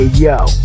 Yo